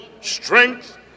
strength